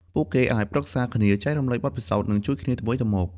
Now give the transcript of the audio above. ពួកគេអាចប្រឹក្សាគ្នា ចែករំលែកបទពិសោធន៍ និងជួយគ្នាទៅវិញទៅមក។